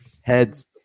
Heads